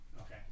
okay